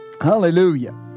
hallelujah